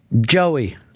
Joey